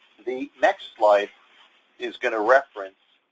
the next slide is going to reference